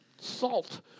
Salt